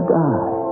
die